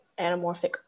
anamorphic